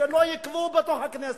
שלא יקבעו בתוך הכנסת.